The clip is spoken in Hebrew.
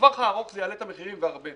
בטווח הארוך זה יעלה את המחירים בהרבה.